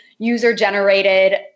user-generated